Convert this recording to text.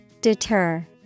Deter